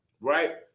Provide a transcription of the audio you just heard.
right